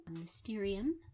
Mysterium